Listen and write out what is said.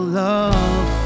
love